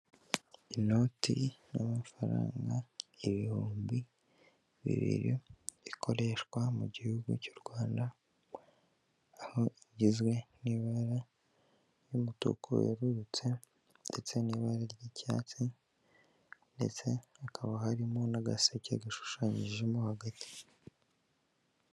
Inoti y'amafaranga ibihumbi bibiri, ikoreshwa mu gihugu cy'u Rwanda, aho igizwe n'ibara ry'umutuku wererutse ndetse n'ibara ry'icyatsi ndetse hakaba harimo n'agaseke gashushanyijemo hagati.